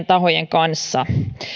tahojen kanssa joita asia koskettaa